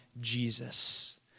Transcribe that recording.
Jesus